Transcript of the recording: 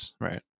Right